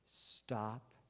Stop